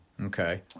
Okay